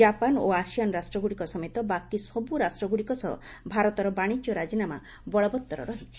Japan ଓ ASEAN ରାଷ୍ଟ୍ରଗୁଡ଼ିକ ସମେତ ବାକି ସବୁ ରାଷ୍ଟ୍ରଗୁଡ଼ିକ ସହ ଭାରତର ବାଣିଜ୍ୟ ରାଜିନାମା ବଳବତ୍ତର ରହିଛି